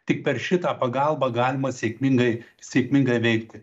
tik per šitą pagalbą galima sėkmingai sėkmingai veikti